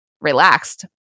relaxed